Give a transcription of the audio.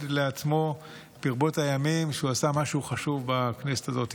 לעצמו ברבות הימים שהוא עשה משהו חשוב בכנסת הזאת.